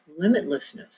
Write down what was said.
limitlessness